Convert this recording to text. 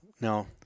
No